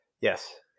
Yes